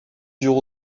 dure